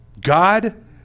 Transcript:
God